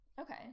Okay